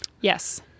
Yes